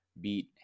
beat